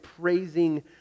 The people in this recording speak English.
praising